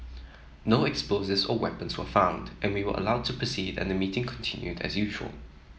no explosives or weapons were found and we were allowed to proceed and the meeting continued as usual